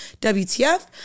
WTF